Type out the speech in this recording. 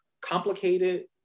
complicated